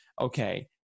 okay